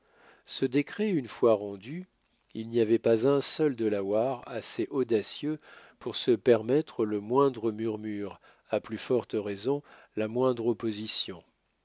ce décret une fois rendu il n'y avait pas un seul delaware assez audacieux pour se permettre le moindre murmure à plus forte raison la moindre opposition